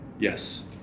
Yes